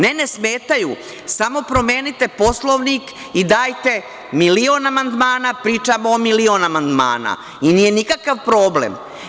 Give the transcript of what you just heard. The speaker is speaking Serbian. Ne, ne smetaju, samo promenite Poslovnik i dajte milion amandmana, pričam o milion amandmana, i nije nikakav problem.